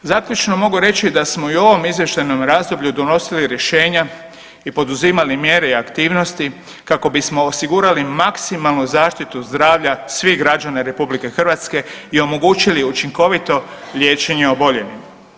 Zaključno mogu reći da smo i u ovom izvještajnom razdoblju donosili rješenja i poduzimali mjere i aktivnosti kako bismo osigurali maksimalnu zaštitu zdravlja svih građana RH i omogućili učinkovito liječenje oboljelima.